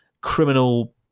criminal